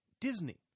Disney